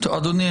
אדוני,